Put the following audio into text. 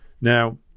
now